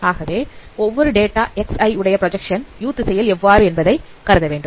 ஆகவே ஒவ்வொரு data xi உடைய பிராஜக்சன் u திசையில் எவ்வாறு என்பதை கருத வேண்டும்